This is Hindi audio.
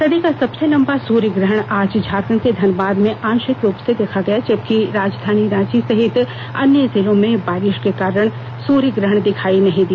सदी का सबसे लम्बा सूर्यग्रहण आज झारखण्ड के धनबाद में आंशिक रूप से देखा गया जबकि राजधानी रांची सहित अन्य जिलों में बारिश के कारण नहीं दिखाई दिया